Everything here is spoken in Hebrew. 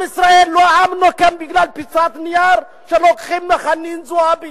עם ישראל הוא לא עם נוקם בגלל פיסת נייר שלוקחים מחנין זועבי.